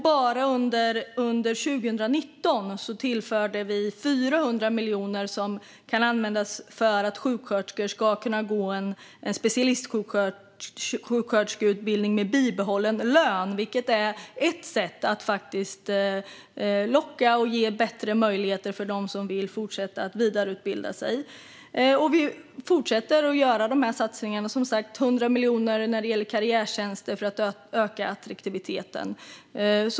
Bara under 2019 tillförde vi 400 miljoner som kan användas för att sjuksköterskor ska kunna gå en specialistsjuksköterskeutbildning med bibehållen lön, vilket är ett sätt att locka och ge bättre möjligheter för dem som vill fortsätta att vidareutbilda sig. Vi fortsätter att göra dessa satsningar. Det är fråga om 100 miljoner när det gäller karriärtjänster för att öka attraktiviteten.